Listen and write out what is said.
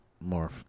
more